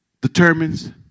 determines